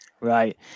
Right